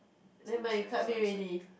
never mind you cut me already